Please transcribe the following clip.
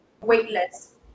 Weightless